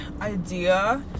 idea